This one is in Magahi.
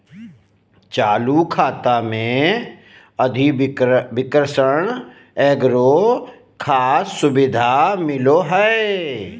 चालू खाता मे अधिविकर्षण एगो खास सुविधा मिलो हय